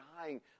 dying